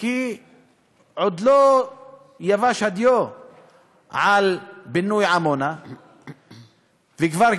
עוד לא יבש הדיו בנושא פינוי עמונה וכבר,